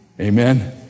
Amen